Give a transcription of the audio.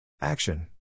Action